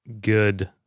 good